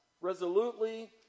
resolutely